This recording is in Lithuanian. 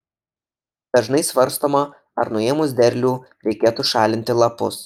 dažnai svarstoma ar nuėmus derlių reikėtų šalinti lapus